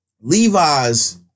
Levi's